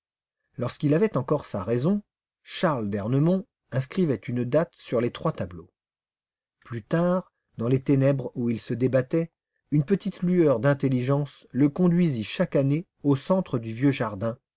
lorsqu'il avait encore sa raison charles d'ernemont inscrivait une date sur les trois tableaux plus tard dans les ténèbres où il se débattait une petite lueur d'intelligence le conduisait chaque année au centre du vieux jardin